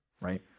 right